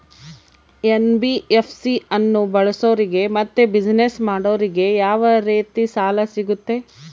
NBFC ಅನ್ನು ಬಳಸೋರಿಗೆ ಮತ್ತೆ ಬಿಸಿನೆಸ್ ಮಾಡೋರಿಗೆ ಯಾವ ರೇತಿ ಸಾಲ ಸಿಗುತ್ತೆ?